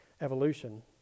evolution